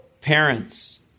parents